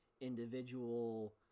individual